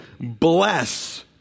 bless